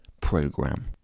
program